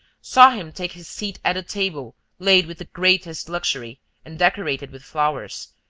saw him take his seat at a table laid with the greatest luxury and decorated with flowers,